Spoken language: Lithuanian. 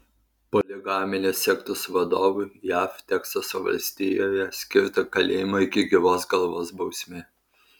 poligaminės sektos vadovui jav teksaso valstijoje skirta kalėjimo iki gyvos galvos bausmė